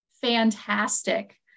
fantastic